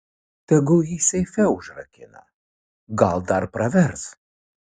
tegul jį seife užrakina gal dar pravers